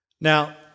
Now